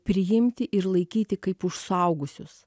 priimti ir laikyti kaip už suaugusius